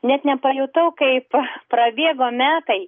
net nepajutau kaip prabėgo metai